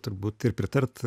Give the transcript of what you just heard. turbūt ir pritart